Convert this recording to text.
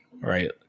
right